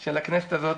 של הכנסת הזאת.